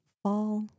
Fall